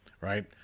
right